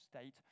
state